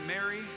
Mary